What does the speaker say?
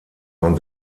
man